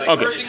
Okay